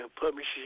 publishing